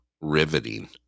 riveting